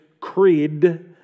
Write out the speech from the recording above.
Creed